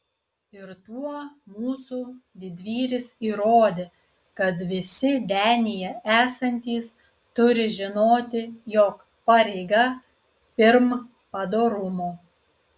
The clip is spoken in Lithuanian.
ir tuo mūsų didvyris įrodė kad visi denyje esantys turi žinoti jog pareiga pirm padorumo